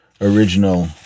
original